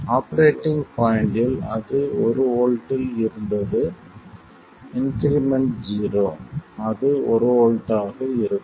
operating பாய்ண்ட்டில் அது ஒரு வோல்ட்டில் இருந்தது இன்க்ரிமெண்ட் ஜீரோ அது 1 வோல்ட் ஆக இருக்கும்